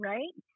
Right